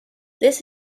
this